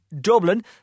Dublin